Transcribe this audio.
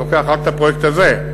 אני לוקח רק את הפרויקט הזה,